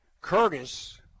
Curtis